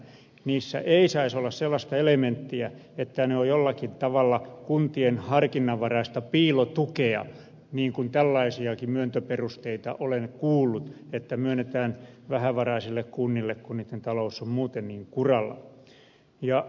niissä ei saisi olla sellaista elementtiä että ne ovat jollakin tavalla kuntien harkinnanvaraista piilotukea niin kuin tällaisiakin myöntöperusteita olen kuullut että myönnetään vähävaraisille kunnille kun niitten talous on muuten niin kuralla